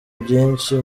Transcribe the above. byinshi